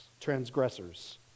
transgressors